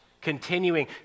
continuing